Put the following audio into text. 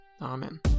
Amen